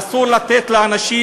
ואסור לתת לאנשים